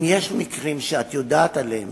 אם יש מקרים שאת יודעת עליהם